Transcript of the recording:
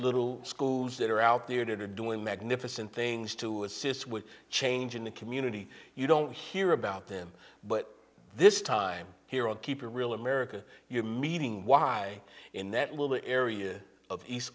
little schools that are out there that are doing magnificent things to assist with change in the community you don't hear about them but this time hero keep it real america you're meeting why in that little area of east